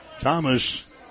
Thomas